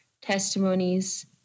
testimonies